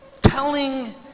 telling